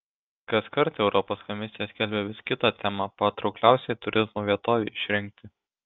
kaskart europos komisija skelbia vis kitą temą patraukliausiai turizmo vietovei išrinkti